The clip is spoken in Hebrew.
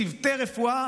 צוותי רפואה,